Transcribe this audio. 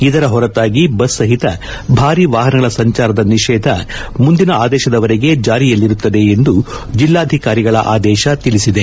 ಇದರ ಹೊರತಾಗಿ ಬಸ್ ಸಹಿತ ಭಾರಿ ವಾಹನಗಳ ಸಂಚಾರದ ನಿಷೇಧ ಮುಂದಿನ ಆದೇಶದ ವರೆಗೆ ಜಾರಿಯಲ್ಲಿರುತ್ತದೆ ಎಂದು ಜಿಲ್ಲಾಧಿಕಾರಿಗಳ ಆದೇಶ ತಿಳಿಸಿದೆ